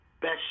best